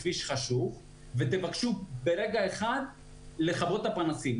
תתנו לנו לנסוע בכביש חשוך ותבקשו ברגע אחד לכבות את הפנסים.